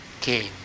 came